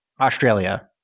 Australia